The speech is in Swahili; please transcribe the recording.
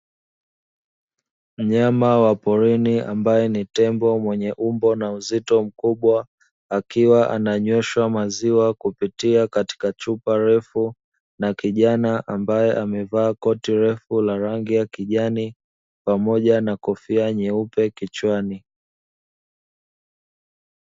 Mnyama wa porini ambaye ni tembo mwenye umbo na uzito mkubwa, akiwa ananyweshwa maziwa kupitia katika chupa refu na kijana ambaye amevaa koti refu la rangi ya kijani, pamoja na kofia nyeupe kichwani.